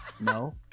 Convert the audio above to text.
No